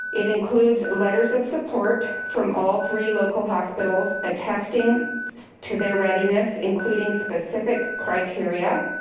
it includes letters of support from all three local hospitals attesting to their readiness, including specific criteria.